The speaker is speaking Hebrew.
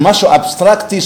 זה משהו אבסטרקטי,